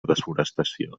desforestació